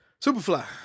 Superfly